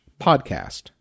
podcast